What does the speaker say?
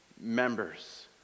members